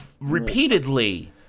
Repeatedly